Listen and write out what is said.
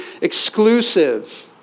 exclusive